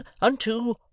unto